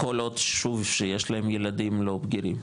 כל עוד שוב, שיש להם ילדים לא בגירים.